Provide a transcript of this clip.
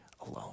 alone